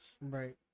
Right